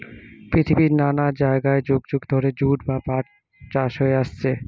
পৃথিবীর নানা জায়গায় যুগ যুগ ধরে জুট বা পাট চাষ হয়ে আসছে